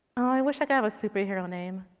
i wish i can have a super hero name.